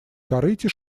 корыте